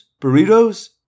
burritos